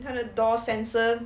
他的 door sensor